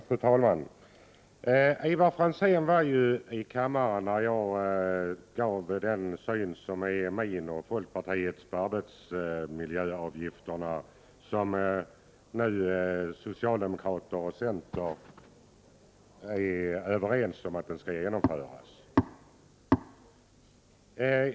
Fru talman! Ivar Franzén var i kammaren när jag redogjorde för min och folkpartiets syn på arbetsmiljöavgiften, vilken socialdemokraterna och centern är överens om skall genomföras.